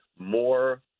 More